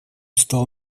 стал